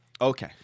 Okay